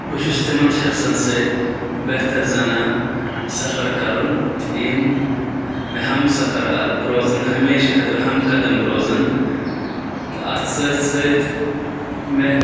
بہٕ چھُس تِمن شخصَن سۭتۍ بہتر زَانان سفر کَرُن یِم مےٚ ہم سفر روزن ہمیشہٕ خٲطرٕ ہم قدم روزن تہٕ اَتھ سۭتۍ سۭتۍ مےٚ